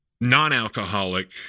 non-alcoholic